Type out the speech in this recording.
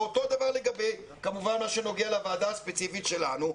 ואותו דבר כמובן לגבי מה שנוגע לוועדה הספציפית שלנו,